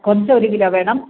കൊഞ്ച് ഒരു കിലോ വേണം